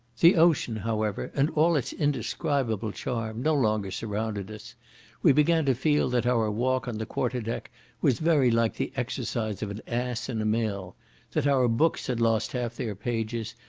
the ocean, however, and all its indescribable charm, no longer surrounded us we began to feel that our walk on the quarter-deck was very like the exercise of an ass in a mill that our books had lost half their pages,